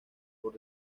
por